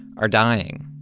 are dying,